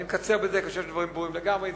אני מקצר כי אני חושב שהדברים ברורים לגמרי.